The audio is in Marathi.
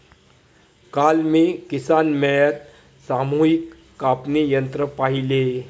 काल मी किसान मेळ्यात सामूहिक कापणी यंत्र पाहिले